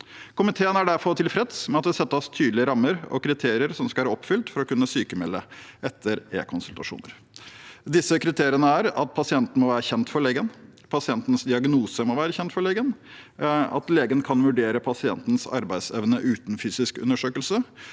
Komiteen er derfor tilfreds med at det settes tydelige rammer og kriterier som skal være oppfylt for å kunne sykmelde etter e-konsultasjoner. Disse kriteriene er at pasienten må være kjent for legen, at pasientens diagnose må være kjent for legen, at legen kan vurdere pasientens arbeidsevne uten fysisk undersøkelse,